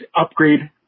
upgrade